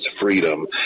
freedom